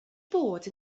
bod